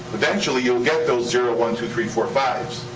eventually, you'll get those zero, one, two, three, four, fives,